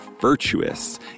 Virtuous